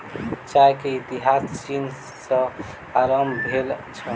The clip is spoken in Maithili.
चाय के इतिहास चीन सॅ आरम्भ भेल छल